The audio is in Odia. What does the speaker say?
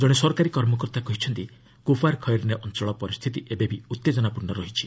ଜଣେ ସରକାରୀ କର୍ମକର୍ତ୍ତା କହିଛନ୍ତି କୋପାର୍ ଖଇର୍ନେ ଅଞ୍ଚଳର ପରିସ୍ଥିତି ଏବେବି ଉଉେଜନାପୂର୍ଣ୍ଣ ରହିଛି